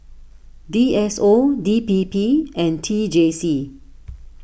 D S O D P P and T J C